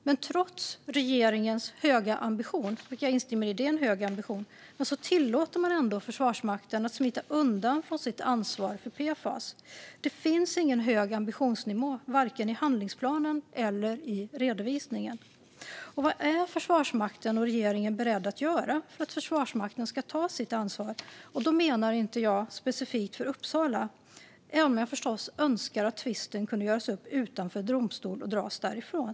Men trots regeringens höga ambition - jag instämmer i att det är en hög ambition - tillåter man ändå Försvarsmakten att smita undan från sitt ansvar för PFAS. Det finns ingen hög ambitionsnivå vare sig i handlingsplanen eller i redovisningen. Vad är Försvarsmakten och regeringen beredda att göra för att Försvarsmakten ska ta sitt ansvar? Då menar jag inte specifikt för Uppsala, även om jag förstås önskar att tvisten kunde göras upp utanför domstol och dras därifrån.